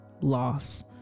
loss